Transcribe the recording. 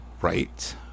right